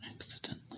accidentally